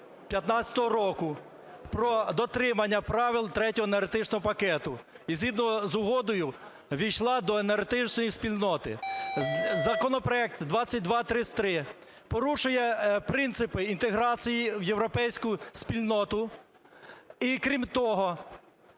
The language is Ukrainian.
15-го року про дотримання правил Третього енергетичного пакету і згідно з Угодою ввійшла до енергетичної спільноти. Законопроект 2233 порушує принципи інтеграції в європейську спільноту. І крім того,